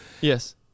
Yes